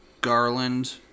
Garland